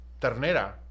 ternera